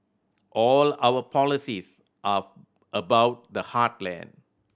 all our policies are about the heartland